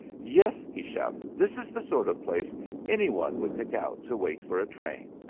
yes, he shouted this is the sort of place any one would pick out to wait for a train!